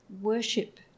worship